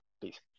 Peace